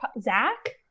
Zach